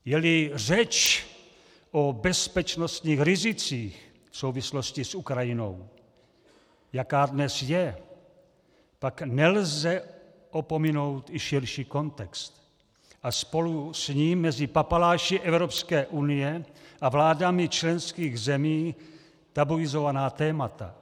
Jeli řeč o bezpečnostních rizicích v souvislosti s Ukrajinou, jaká dnes je, pak nelze opomenout i širší kontext a spolu s ním mezi papaláši Evropské unie a vládami členských zemí tabuizovaná témata.